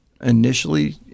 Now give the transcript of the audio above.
Initially